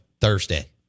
Thursday